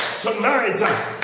tonight